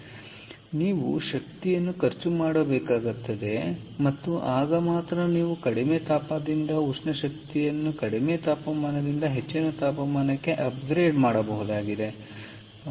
ಆದ್ದರಿಂದ ನೀವು ಶಕ್ತಿಯನ್ನು ಖರ್ಚು ಮಾಡಬೇಕಾಗುತ್ತದೆ ಮತ್ತು ಆಗ ಮಾತ್ರ ನೀವು ಕಡಿಮೆ ತಾಪದಿಂದ ಉಷ್ಣ ಶಕ್ತಿಯನ್ನು ಕಡಿಮೆ ತಾಪಮಾನದಿಂದ ಹೆಚ್ಚಿನ ತಾಪಮಾನಕ್ಕೆ ಅಪ್ಗ್ರೇಡ್ ಮಾಡಬಹುದು